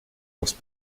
was